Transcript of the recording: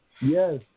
Yes